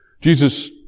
Jesus